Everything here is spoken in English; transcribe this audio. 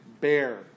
bear